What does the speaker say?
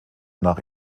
nach